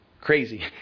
Crazy